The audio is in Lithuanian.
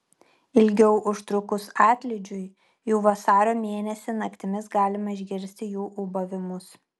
ilgiau užtrukus atlydžiui jau vasario mėnesį naktimis galima išgirsti jų ūbavimus